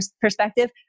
perspective